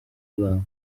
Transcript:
rwanda